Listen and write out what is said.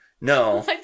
No